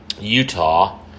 Utah